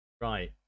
Right